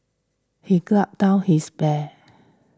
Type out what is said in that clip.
he gulped down his beer